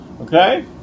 Okay